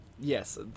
Yes